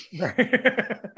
Right